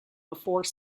before